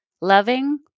loving